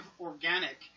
organic